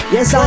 Yes